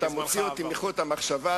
אתה מנתק לי את חוט המחשבה,